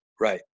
Right